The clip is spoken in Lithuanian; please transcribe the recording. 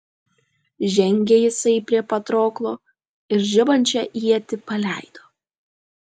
žengė jisai prie patroklo ir žibančią ietį paleido